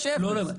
יש אפס.